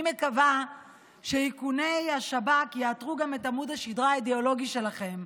אני מקווה שאיכוני השב"כ יאתרו גם את עמוד השדרה האידיאולוגי שלכם,